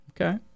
Okay